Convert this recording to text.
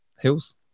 hills